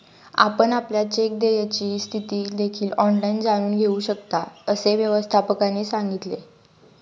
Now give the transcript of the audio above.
आपण आपल्या चेक देयची स्थिती देखील ऑनलाइन जाणून घेऊ शकता, असे व्यवस्थापकाने सांगितले